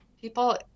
people